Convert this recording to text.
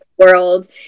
world